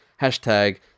Hashtag